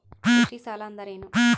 ಕೃಷಿ ಸಾಲ ಅಂದರೇನು?